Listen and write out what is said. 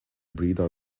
breathe